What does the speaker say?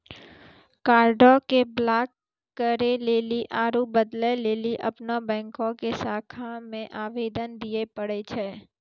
कार्डो के ब्लाक करे लेली आरु बदलै लेली अपनो बैंको के शाखा मे आवेदन दिये पड़ै छै